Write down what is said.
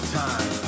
time